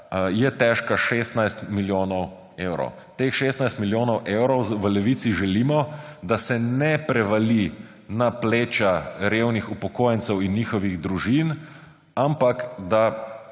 je težka 16 milijonov evrov. Teh 16 milijonov evrov v Levici želimo, da se ne prevali na pleča revnih upokojencev in njihovih družin, ampak da